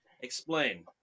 explain